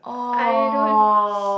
I don't